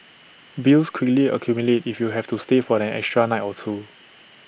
bills quickly accumulate if you have to stay for an extra night or two